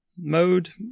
mode